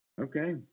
Okay